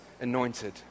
anointed